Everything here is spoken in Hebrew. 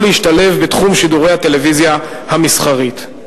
להשתלב בתחום שידורי הטלוויזיה המסחרית.